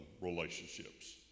relationships